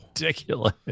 Ridiculous